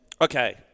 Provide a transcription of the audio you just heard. Okay